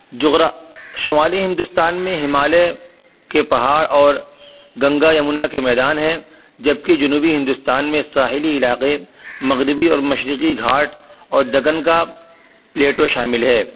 جغرا شمالی ہندوستان میں ہمالہ کے پہاڑ اور گنگا یمنا کے میدان ہیں جبکہ جنوبی ہندوستان میں ساحلی علاقے مغربی اور مشرقی گھاٹ اور دکن کا پلیٹو شامل ہے